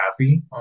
happy